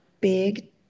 big